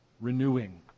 renewing